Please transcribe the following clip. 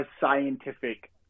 scientific